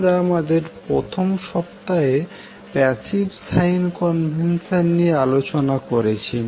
আমরা আমাদের প্রথম সপ্তাহে প্যাসিভ সাইন কনভেনশন নিয়ে আলোচনা করেছি